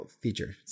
feature